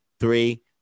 Three